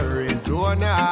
Arizona